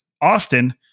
often